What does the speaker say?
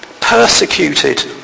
persecuted